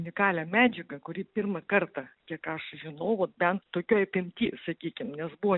unikalią medžiagą kuri pirmą kartą kiek aš žinau vat bent tokioj apimty sakykim nes buvo